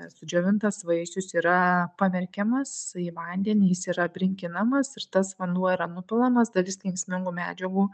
sudžiovintas vaisius yra pamerkiamas į vandenį jis yra brinkinamas ir tas vanduo yra nupilamas dalis kenksmingų medžiagų